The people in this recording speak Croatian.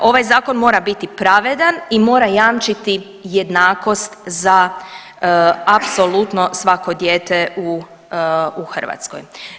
Ovaj Zakon mora biti pravedan i mora jamčiti jednakost za apsolutno svako dijete u Hrvatskoj.